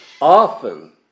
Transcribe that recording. Often